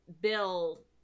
Bill